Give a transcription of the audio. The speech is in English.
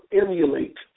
emulate